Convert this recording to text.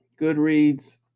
Goodreads